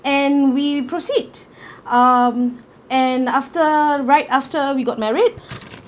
and we proceed um and after right after we got married